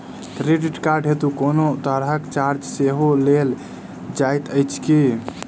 Credit card हेतु कोनो तरहक चार्ज सेहो लेल जाइत अछि की?